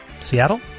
Seattle